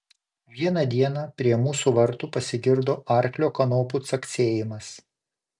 vieną dieną prie mūsų vartų pasigirdo arklio kanopų caksėjimas